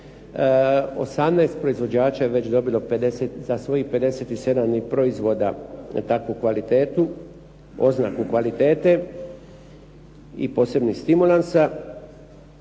18 proizvođača je već dobilo sa svojih 57 proizvoda takvu kvalitetu, oznaku kvalitete i posebnih stimulansa.